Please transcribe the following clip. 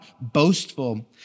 boastful